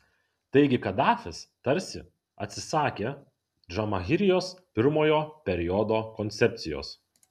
taigi kadafis tarsi atsisakė džamahirijos pirmojo periodo koncepcijos